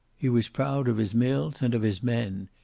he was proud of his mills and of his men.